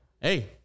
hey